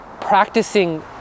practicing